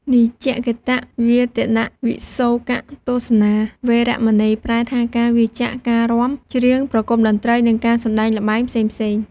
នច្ចគីតវាទិតវិសូកទស្សនា វេរមណី ប្រែថា ការវៀរចាកការរាំ ច្រៀង ប្រគំតន្ត្រី និងការសម្ដែងល្បែងផ្សេងៗ។